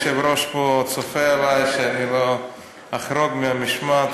היושב-ראש פה צופה עלי שאני לא אחרוג מהמשמעת,